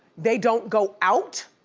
they don't go out.